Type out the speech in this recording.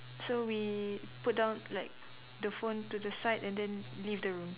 so we put down like the phone to the side and then leave the room